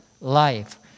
life